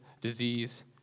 disease